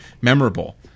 memorable